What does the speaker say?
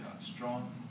strong